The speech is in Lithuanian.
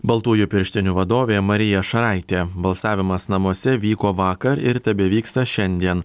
baltųjų pirštinių vadovė marija šaraitė balsavimas namuose vyko vakar ir tebevyksta šiandien